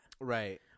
Right